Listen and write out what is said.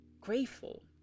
grateful